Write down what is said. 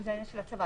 זה של הצבא.